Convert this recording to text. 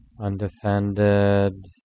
Undefended